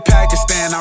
Pakistan